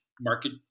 market